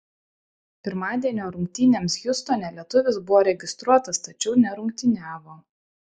pirmadienio rungtynėms hjustone lietuvis buvo registruotas tačiau nerungtyniavo